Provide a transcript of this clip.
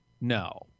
No